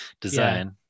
design